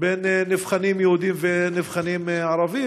בין נבחנים יהודים ונבחנים ערבים.